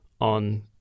on